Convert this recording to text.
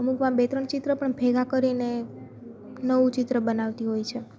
અમુક વાર બે ત્રણ ચિત્ર પણ ભેગા કરીને નવું ચિત્ર બનાવતી હોય છે